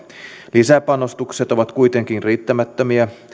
lisäpanostukset ovat kuitenkin riittämättömiä